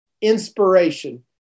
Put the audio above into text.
inspiration